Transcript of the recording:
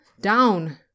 down